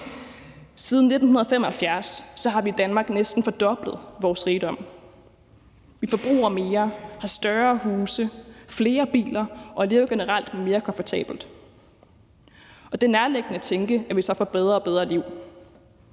Siden 1975 har vi i Danmark næsten fordoblet vores rigdom. Vi forbruger mere, har større huse, flere biler og lever generelt mere komfortabelt, og det er nærliggende at tænke, at vi så får bedre og bedre liv,